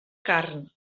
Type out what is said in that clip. carn